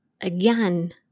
Again